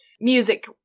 music